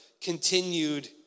continued